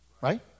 right